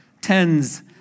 tens